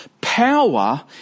Power